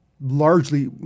largely